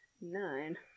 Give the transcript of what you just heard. Nine